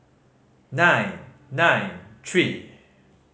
nine nine three